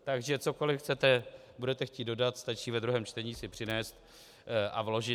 Takže cokoliv budete chtít dodat, stačí ve druhém čtení si přinést a vložit.